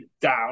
down